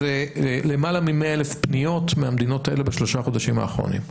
זה למעלה מ-100,000 פניות מהמדינות האלה בשלושה החודשים האחרונים.